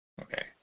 Okay